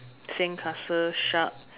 sandcastle shark